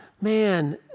man